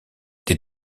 des